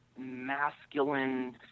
masculine